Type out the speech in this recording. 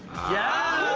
yeah!